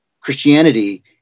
Christianity